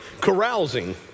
Carousing